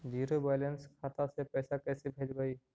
Zero balance खाता से पैसा कैसे भेजबइ?